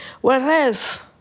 Whereas